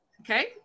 Okay